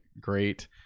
great